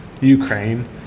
Ukraine